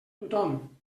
tothom